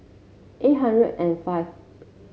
eight hundred and five